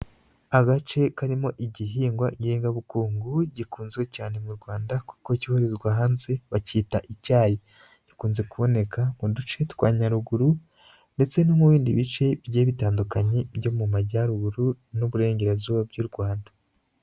Agace karimo igihingwa ngengabukungu gikunzwe cyane mu Rwanda kuko cyoherezwa hanze bacyita icyayi, gikunze kuboneka mu duce twa Nyaruguru ndetse no mu bindi bice bigiye bitandukanye byo mu majyaruguru n'uburengerazuba by'u Rwanda.